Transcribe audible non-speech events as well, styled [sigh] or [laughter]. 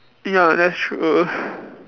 ya that's true [breath]